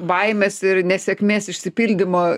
baimės ir nesėkmės išsipildymo